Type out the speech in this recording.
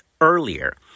earlier